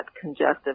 congestive